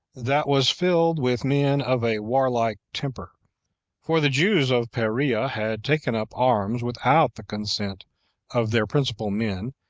that was filled with men of a warlike temper for the jews of perea had taken up arms without the consent of their principal men,